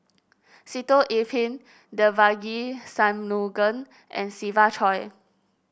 Sitoh Yih Pin Devagi Sanmugam and Siva Choy